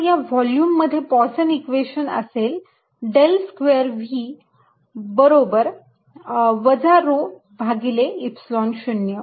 आता या व्हॉल्युम मध्ये पोयसन इक्वेशन Poisson's equation असेल डेल स्क्वेअर V बरोबर वजा rho भागिले Epsilon 0